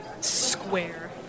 Square